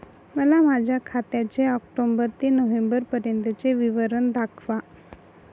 मला माझ्या खात्याचे ऑक्टोबर ते नोव्हेंबर पर्यंतचे विवरण दाखवा